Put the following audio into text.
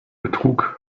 betrug